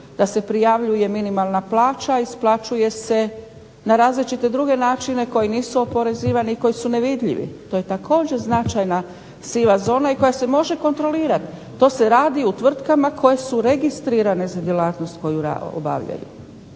da se prijavljuje minimalna plaća, isplaćuje se na različite druge načine koji nisu oporezivani, koji su nevidljivi, to je također značajna siva zona, i koja se može kontrolirati. To se radi u tvrtkama koje su registrirane za djelatnost koju obavljaju.